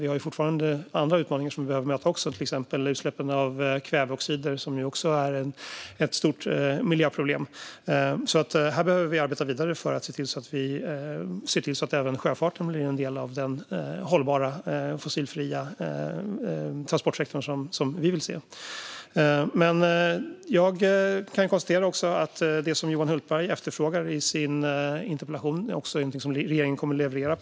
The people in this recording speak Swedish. Vi har fortfarande andra utmaningar som vi behöver möta, till exempel utsläppen av kväveoxider som ju också är ett stort miljöproblem. Här behöver vi arbeta vidare för att se till att även sjöfarten blir en del av den hållbara, fossilfria transportsektor som vi vill se. Jag kan konstatera att det som Johan Hultberg efterfrågar i sin interpellation är något som regeringen kommer att leverera.